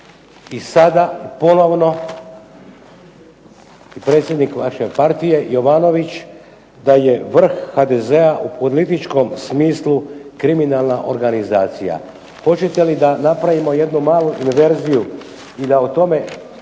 i sada ponovno i predsjednik vaše partije Jovanović da je vrh HDZ-a u političkom smislu kriminalna organizacija. Hoćete li da napravimo jednu malu inverziju i da o tome